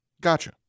Gotcha